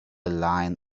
line